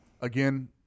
again